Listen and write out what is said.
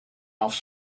off